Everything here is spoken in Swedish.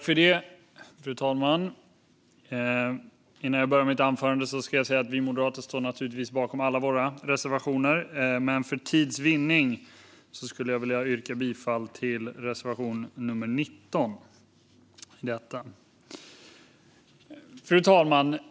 Fru talman! Innan jag påbörjar mitt anförande ska jag säga att vi moderater naturligtvis står bakom alla våra reservationer men att jag för tids vinning yrkar bifall enbart till reservation nummer 19. Fru talman!